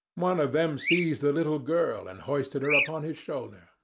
one of them seized the little girl, and hoisted her upon his shoulder,